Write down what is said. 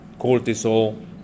cortisol